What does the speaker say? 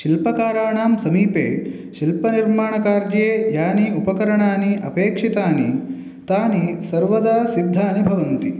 शिल्पकाराणां समीपे शिल्पनिर्माणकार्ये यानि उपकरणानि अपेक्षितानि तानि सर्वदा सिद्धानि भवन्ति